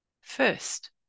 first